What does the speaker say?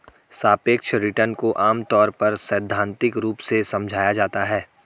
सापेक्ष रिटर्न को आमतौर पर सैद्धान्तिक रूप से समझाया जाता है